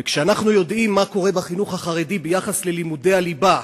וכשאנחנו יודעים מה קורה בחינוך החרדי ביחס ללימודי הליבה,